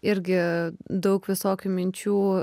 irgi daug visokių minčių